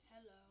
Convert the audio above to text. Hello